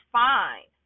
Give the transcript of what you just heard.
fine